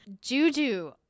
Juju